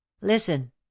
Listen